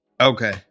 Okay